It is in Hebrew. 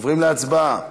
עוברים להצבעה